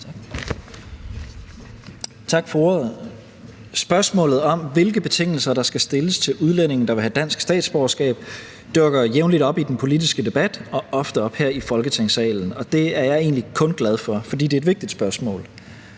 Tak for ordet. Spørgsmålet om, hvilke betingelser der skal stilles til udlændinge, der vil have dansk statsborgerskab, dukker jævnligt op i den politiske debat og ofte op her i Folketingssalen, og det er jeg egentlig kun glad for, for det er et vigtigt spørgsmål.